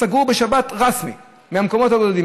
סגור בשבת, רשמי, מהמקומות הבודדים.